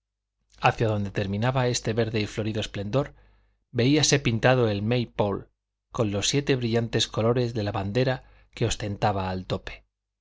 hacia donde terminaba este verde y florido esplendor veíase pintado el may pole con los siete brillantes colores de la bandera que ostentaba al tope